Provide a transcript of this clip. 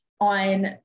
on